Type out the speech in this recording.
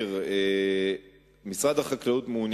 הסביבה ביום כ"ו באייר התשס"ט (20 במאי